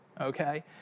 okay